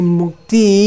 mukti